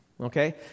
okay